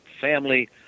family